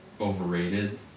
overrated